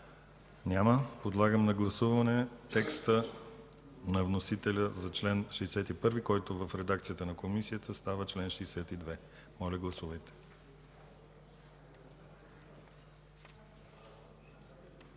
Няма. Подлагам на гласуване текста на вносителя за чл. 61, който в редакцията на Комисията става чл. 62. Гласували